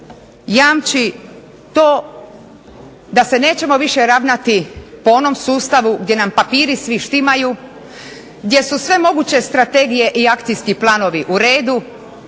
jamči to da se nećemo više ravnati po onom sustavu gdje nam papiri svi štimaju, gdje su sve moguće strategije i akcijski planovi u redu,